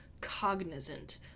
cognizant